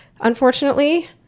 unfortunately